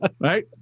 Right